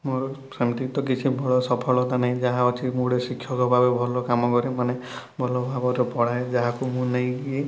ମୋର ସେମିତି ତ କିଛି ଭଲ ସଫଳତା ନାହିଁ ଯାହା ଅଛି ମୁଁ ଗୋଟେ ଶିକ୍ଷକ ଭାବେ ଭଲ କାମ କରେ ମାନେ ଭଲ ଭାବରେ ପଢ଼ାଏ ଯାହାକୁ ମୁଁ ନେଇକି